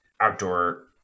outdoor